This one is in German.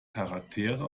charaktere